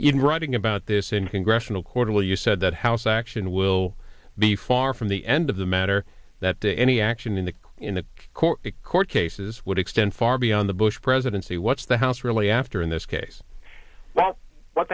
even writing about this in congressional quarterly you said that house action will be far from the end of the matter that the any action in the in the court the court cases would extend far beyond the bush presidency what's the house really after in this case w